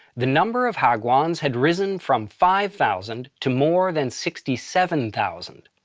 the number of hagwons had risen from five thousand to more than sixty seven thousand.